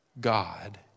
God